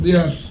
Yes